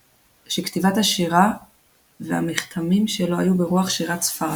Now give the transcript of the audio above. שכתיבת השירה והמכתמים שלו היו ברוח שירת ספרד,